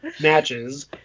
matches